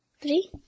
Three